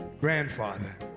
grandfather